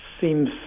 seems